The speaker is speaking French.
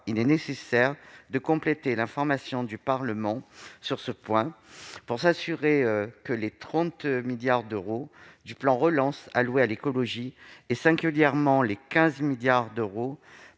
Il est donc nécessaire de compléter l'information du Parlement pour s'assurer que les 30 milliards d'euros du plan de relance alloués à l'écologie, et singulièrement les 15 milliards d'euros